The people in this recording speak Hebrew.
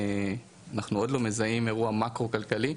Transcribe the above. אנחנו עוד לא מזהים אירוע מקרו כלכלי,